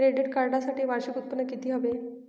Credit कार्डसाठी वार्षिक उत्त्पन्न किती हवे?